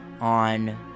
on